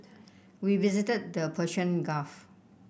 we visited the Persian Gulf